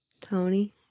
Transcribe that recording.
Tony